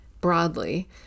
broadly